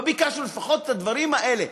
לפחות את הדברים האלה,